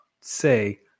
say